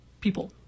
people